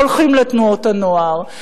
הולכים לתנועות הנוער,